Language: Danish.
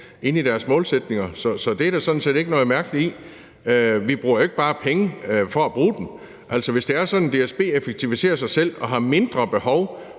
inde i deres målsætninger, så det er der sådan set ikke noget mærkeligt i. Vi bruger jo ikke bare penge for at bruge dem. Hvis det er sådan, at DSB effektiviserer sig selv og har mindre behov